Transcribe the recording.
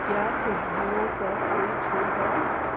کیا خوشبوؤں پر کوئی چھوٹ ہے